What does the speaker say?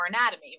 anatomy